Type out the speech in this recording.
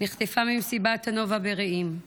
שנחטפה ממסיבת הנובה ברעים.